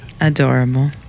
Adorable